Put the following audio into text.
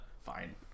Fine